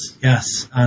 yes